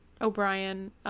O'Brien